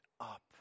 up